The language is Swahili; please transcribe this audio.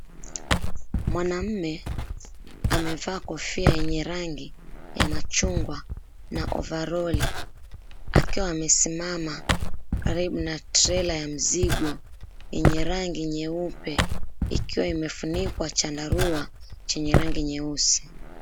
Mwanamme amevaa kofia yenye rangi ya machungwa na ovaroli, akiwa amesimama karibu na trela ya mzigo yenye rangi nyeupe, ikiwa imefunikwa chandarua chenye rangi nyeusi.